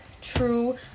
true